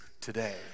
today